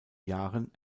jahren